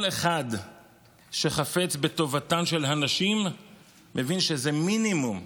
כל אחד שחפץ בטובתן של הנשים מבין שזה מינימום.